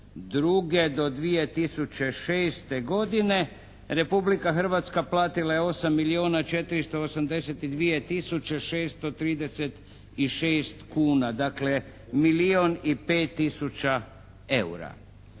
do 2006. godine Republika Hrvatska platila je 8 milijuna 482 tisuće 636 kuna. Dakle milijun i 5 tisuća EUR-a.